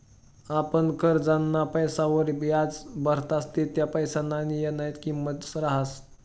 आपण करजंना पैसासवर याज भरतस ते त्या पैसासना येयनी किंमत रहास